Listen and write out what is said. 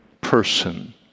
person